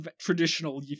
Traditional